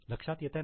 लक्षात येतंय ना